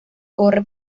corre